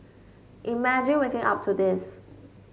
imagine waking up to this